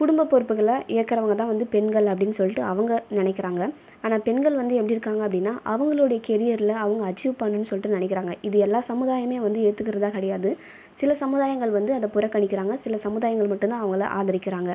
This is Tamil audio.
குடும்ப பொறுப்புகளை ஏற்கிறவங்க தான் வந்து பெண்கள் அப்படின்னு சொல்லிகிட்டு அவங்க நினைக்கிறாங்க ஆனால் பெண்கள் வந்து எப்படி இருக்கனும் அப்படின்னா அவங்களுடைய கெரியரில் அவங்க அச்சிவ் பண்ணனும்னு சொல்லிட்டு நினைக்கிறாங்க இது எல்லா சமுதாயமே வந்து ஏற்றுகிறதா கிடையாது சில சமுதாயங்கள் வந்து அதை புறக்கணிக்கிறாங்க சில சமுதாயங்கள் மட்டும் தான் அவங்களை ஆதரிக்கிறாங்க